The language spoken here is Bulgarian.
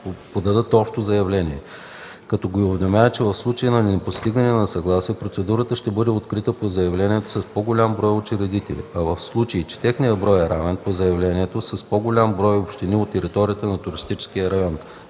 подадат общо заявление, като ги уведомява, че в случай на непостигане на съгласие процедурата ще бъде открита по заявлението с по-голям брой учредители, а в случай че техният брой е равен – по заявлението с по-голям брой общини от територията на туристическия район.